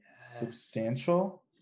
substantial